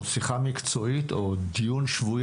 שיחה מקצועית או דיון שבועי,